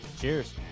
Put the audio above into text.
Cheers